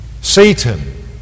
Satan